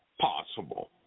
possible